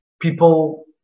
people